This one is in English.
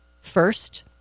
First